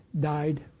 died